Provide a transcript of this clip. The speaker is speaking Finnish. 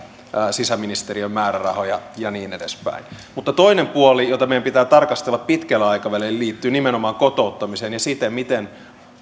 sisäministeriön määrärahoja ja niin edespäin mutta toinen puoli jota meidän pitää tarkastella pitkällä aikavälillä liittyy nimenomaan kotouttamiseen ja siihen miten